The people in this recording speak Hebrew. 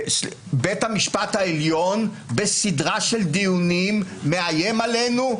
בית המשפט העליון, בסדרה של דיונים, מאיים עלינו: